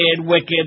wicked